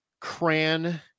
Cran